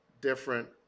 different